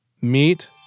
meet